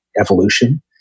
evolution